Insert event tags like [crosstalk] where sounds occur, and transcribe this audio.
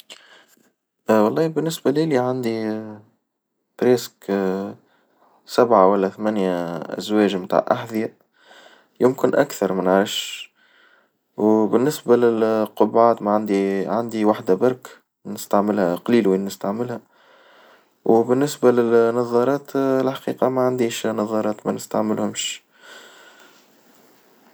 والله بالنسبة ليلي عندي [hesitation] بريسك سبعة والا ثمانية أزواج متاع أحذية يمكن أكثر من عشر وبالنسبة للقبعات ما عندي عندي وحدة برك نستعملها قليل وين نستعملها، وبالنسبة للنظارات الحقيقة ما عنديش نظارات ما نستعملهومش.